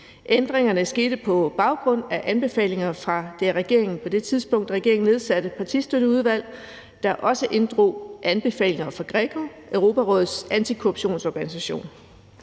Ændringerne skete på baggrund af anbefalinger fra det på det tidspunkt af regeringen nedsatte partistøtteudvalg, der også inddrog anbefalinger fra GRECO, Europarådets antikorruptionsorganisation.